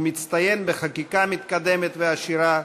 הוא מצטיין בחקיקה מתקדמת ועשירה,